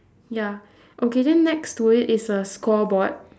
ya okay then next to it is a scoreboard